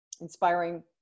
inspiring